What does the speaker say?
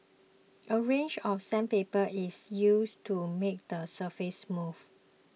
a range of sandpaper is used to make the surface smooth